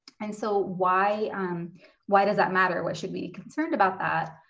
and so why um why does that matter? what should we be concerned about that?